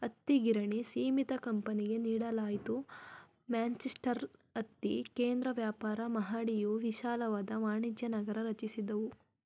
ಹತ್ತಿಗಿರಣಿ ಸೀಮಿತ ಕಂಪನಿಗೆ ನೀಡಲಾಯ್ತು ಮ್ಯಾಂಚೆಸ್ಟರಲ್ಲಿ ಹತ್ತಿ ಕೇಂದ್ರ ವ್ಯಾಪಾರ ಮಹಡಿಯು ವಿಶಾಲವಾದ ವಾಣಿಜ್ಯನಗರ ರಚಿಸಿದವು